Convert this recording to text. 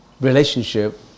relationship